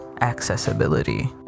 accessibility